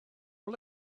all